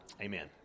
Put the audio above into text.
Amen